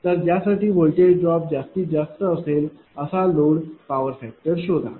तर ज्यासाठी voltage drop जास्तीत जास्त असेल असा लोड पॉवर फॅक्टर शोधा